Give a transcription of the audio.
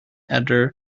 editor